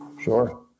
Sure